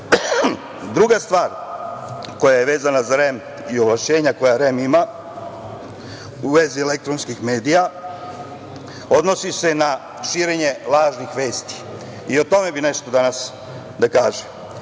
stvar koja je vezana za REM i ovlašćenja koja REM ima u vezi elektronskih medija odnosi se na širenje lažnih vesti i o tome bih nešto danas da kažem.